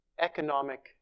economic